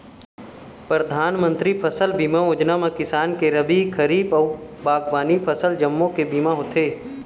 परधानमंतरी फसल बीमा योजना म किसान के रबी, खरीफ अउ बागबामनी फसल जम्मो के बीमा होथे